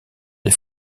des